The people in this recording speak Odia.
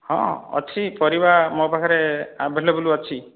ହଁ ଅଛି ପରିବା ମୋ ପାଖରେ ଆଭେଲେବୁଲ୍ ଅଛି